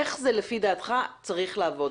איך לפי דעתך זה צריך לעבוד.